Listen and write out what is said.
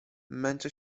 męczę